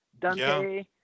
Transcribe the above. Dante